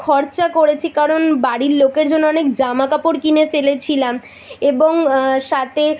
খরচা করেছি কারণ বাড়ির লোকের জন্য অনেক জামা কাপড় কিনে ফেলেছিলাম এবং সাথে